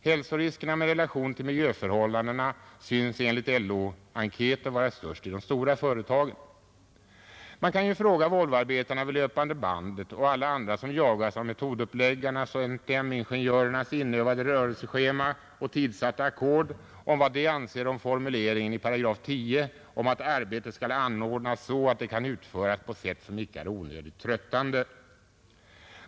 Hälsoriskerna i relation till miljöförhållandena synes enligt LO-enkäten vara störst i de stora företagen. Man kan ju fråga Volvoarbetarna vid löpande bandet och alla andra som jagas av metoduppläggarnas och MTM-ingenjörernas inövade rörelseschema och tidsatta ackord vad de anser om formuleringen i 8 10 att ”arbete skall anordnas så att det kan utföras på sätt som icke är onödigt tröttande”.